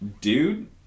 dude